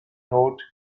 not